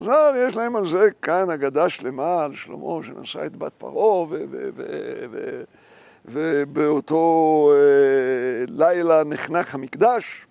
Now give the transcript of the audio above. זר, יש להם על זה כאן אגדה שלמה על שלמה שנשאה את בת פרעה ובאותו לילה נחנך המקדש.